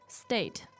state